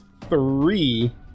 three